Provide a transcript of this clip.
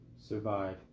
Survive